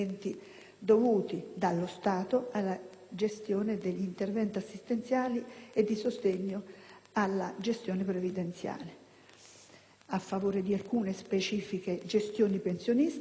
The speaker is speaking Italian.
dovuti dallo Stato alla gestione degli interventi assistenziali e di sostegno alle gestioni previdenziali, a favore di alcune specifiche gestioni pensionistiche